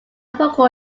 vocal